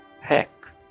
heck